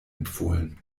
empfohlen